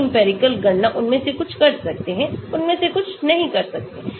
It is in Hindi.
सेमी इंपिरिकल गणना उनमें से कुछ कर सकते है उनमें से कुछ नहीं कर सकते हैं